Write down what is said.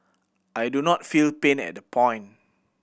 I do not feel pain at that point